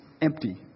empty